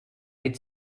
het